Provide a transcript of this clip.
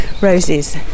roses